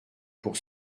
pour